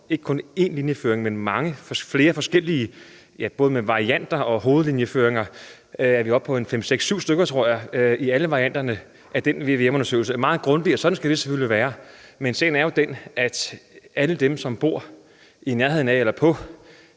tale om én linjeføring, men flere forskellige. Med både varianter og hovedlinjeføringer er vi oppe på 5-6-7 stykker, tror jeg, i VVM-undersøgelsen. Den har været meget grundig, og sådan skal det selvfølgelig være. Men sagen er den, at af alle dem, som bor i nærheden af eller på